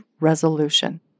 resolution